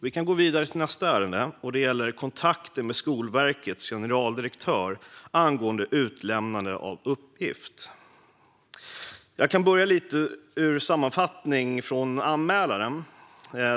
Vi går vidare till nästa ärende, och det gäller kontakter med Skolverkets generaldirektör angående utlämnande av uppgift. Jag kan börja med lite av det som sägs i sammanfattningen från anmälaren.